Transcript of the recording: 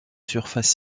surface